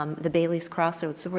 the bailey's crossroads.